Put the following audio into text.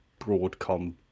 Broadcom